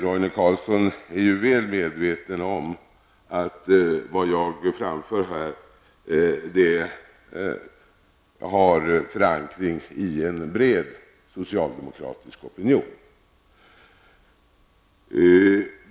Roine Carlsson är ju väl medveten om att vad jag framför här har förankring i en bred socialdemokratisk opinion.